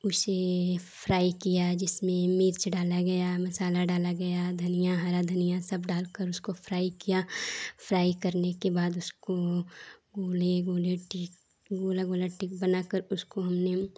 उसे फ्राइ किया जिसमें मिर्च डाला गया मसाला डाला गया धनिया हरा धनिया सब डालकर उसको फ्राइ किया फ्राइ करने के बाद उसको गोले गोले गोला गोला टीक बनाकर उसको हमने